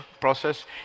process